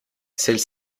celle